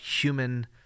human